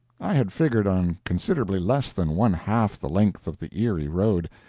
i had figured on considerably less than one-half the length of the erie road.